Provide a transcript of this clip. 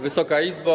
Wysoka Izbo!